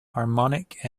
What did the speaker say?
harmonic